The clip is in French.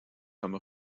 comme